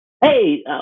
hey